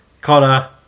Connor